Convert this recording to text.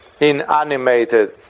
inanimated